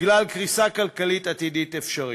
בגלל קריסה כלכלית עתידית אפשרית.